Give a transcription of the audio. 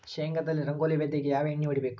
ಶೇಂಗಾದಲ್ಲಿ ರಂಗೋಲಿ ವ್ಯಾಧಿಗೆ ಯಾವ ಎಣ್ಣಿ ಹೊಡಿಬೇಕು?